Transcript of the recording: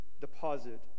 deposit